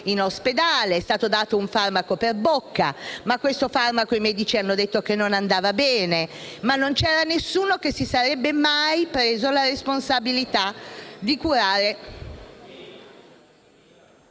in ospedale; gli è stato dato un farmaco per bocca, ma i medici hanno detto che non andava bene. Ma non c'era nessuno che si sarebbe mai preso la responsabilità di curarlo.